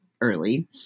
early